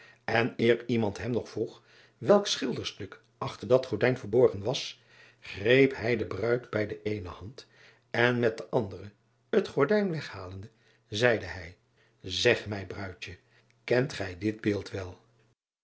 en eer iemand hem nog vroeg welk schilderstuk achter dat gordijn verborgen was greep hij de bruid bij de eene hand en met de andere het gordijn weghalende zeide hij eg mij bruidje kent gij dit beeld wel